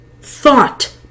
thought